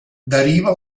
deriva